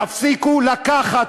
תפסיקו לקחת,